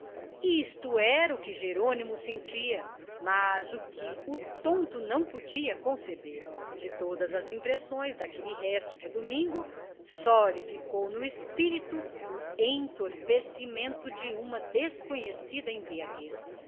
isto era o que jerônimo sentia mas o que o tonto não podia conceber de todas as impressões daquele resto de domingo só lhe ficou no espírito o entorpecimento de uma desconhecida embriaguez